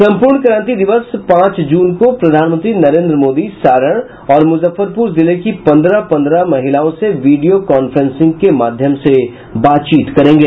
संपूर्णक्रांति दिवस पांच जून को प्रधानमंत्री नरेंद्र मोदी सारण और मुजफ्फरपुर जिले की पंद्रह पंद्रह महिलाओं से वीडियो कॉफ्रेंसिंग के माध्यम से बात करेंगे